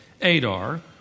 Adar